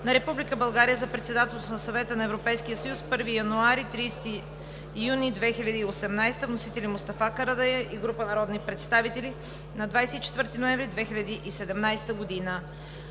на Република България за Председателството на Съвета на Европейския съюз, 1 януари - 30 юни 2018 г. Вносители: Мустафа Карадайъ и група народни представители, 24 ноември 2017 г.